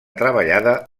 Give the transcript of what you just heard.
treballada